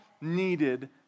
needed